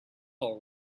all